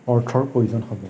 অৰ্থৰ প্ৰয়োজন হ'ব